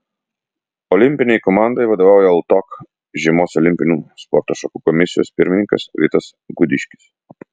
olimpinei komandai vadovauja ltok žiemos olimpinių sporto šakų komisijos pirmininkas vitas gudiškis